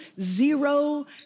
zero